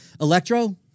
Electro